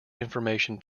information